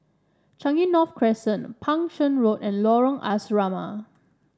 Changi North Crescent Pang Seng Road and Lorong Asrama